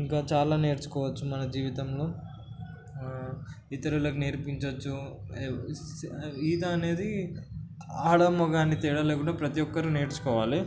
ఇంకా చాలా నేర్చుకోవచ్చు మన జీవితంలో ఇతరులకి నేర్పించవచ్చు ఈత అనేది ఆడ మగ అని తేడా లేకుండా ప్రతీ ఒక్కరు నేర్చుకోవాలి